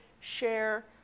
share